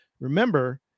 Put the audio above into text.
Remember